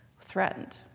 threatened